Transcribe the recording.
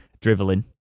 driveling